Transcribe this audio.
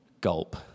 Gulp